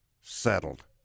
settled